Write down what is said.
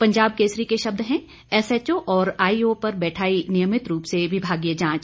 पंजाब केसरी के शब्द हैं एसएचओ और आईओ पर बैठाई नियमित रूप से विभागीय जांच